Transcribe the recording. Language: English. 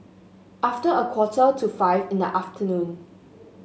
after a quarter to five in the afternoon